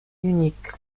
unique